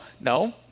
no